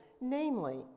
namely